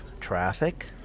Traffic